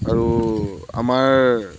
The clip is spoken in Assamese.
আৰু আমাৰ